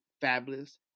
fabulous